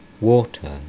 water